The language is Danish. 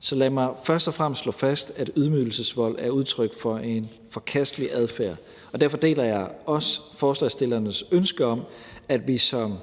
så lad mig først og fremmest slå fast, at ydmygelsesvold er udtryk for en forkastelig adfærd, og derfor deler jeg også forslagsstillernes ønske om, at vi som